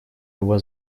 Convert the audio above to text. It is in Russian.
его